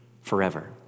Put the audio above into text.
forever